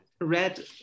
red